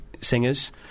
singers